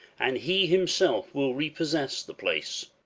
and he him self will repossess the place.